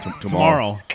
Tomorrow